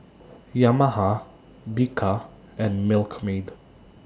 Yamaha Bika and Milkmaid